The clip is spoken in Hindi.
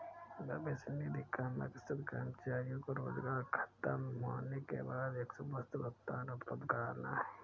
भविष्य निधि का मकसद कर्मचारियों को रोजगार ख़तम होने के बाद एकमुश्त भुगतान उपलब्ध कराना है